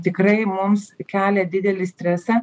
tikrai mums kelia didelį stresą